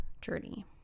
journey